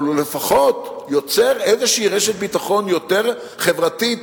אבל לפחות יוצר איזו רשת חברתית